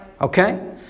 Okay